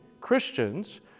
Christians